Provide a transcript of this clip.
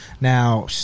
Now